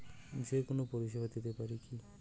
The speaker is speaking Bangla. যে কোনো পরিষেবা দিতে পারি কি?